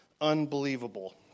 unbelievable